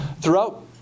throughout